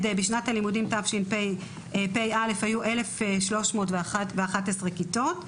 בשנת הלימודים תשפ"א היו 1,311 כיתות,